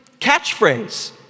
catchphrase